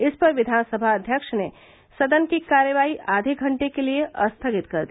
इस पर विधानसभा अध्यक्ष ने सदन की कार्यवाही आधे घंटे के लिये स्थगित कर दिया